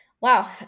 Wow